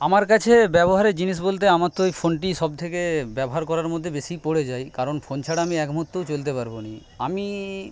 আমার কাছে ব্যবহারের জিনিস বলতে আমার তো এই ফোনটিই সব থেকে ব্যবহার করার মধ্যে বেশি পড়ে যায় কারণ ফোন ছাড়া আমি এক মুহূর্তও চলতে পারবোনি আমি